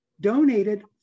donated